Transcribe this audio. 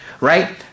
right